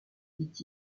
dit